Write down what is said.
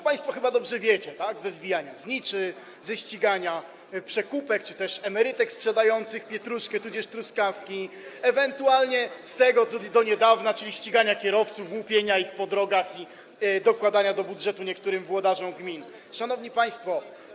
Państwo chyba dobrze wiecie: ze zwijania zniczy, ze ścigania przekupek czy też emerytek sprzedających pietruszkę tudzież truskawki, ewentualnie do niedawna ze ścigania kierowców, łupienia ich na drogach i dokładania do budżetu niektórym włodarzom gmin. Szanowni Państwo!